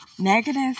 Negative